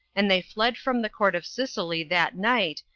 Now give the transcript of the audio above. and they fled from the court of sicily that night,